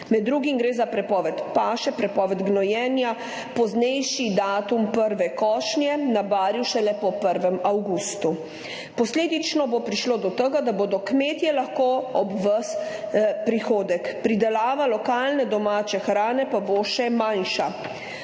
Med drugim gre za prepoved paše, prepoved gnojenja, poznejši datum prve košnje na Barju šele po 1. avgustu. Posledično bo prišlo do tega, da bodo kmetje lahko ob ves prihodek, pridelava lokalne domače hrane pa bo še manjša.